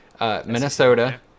Minnesota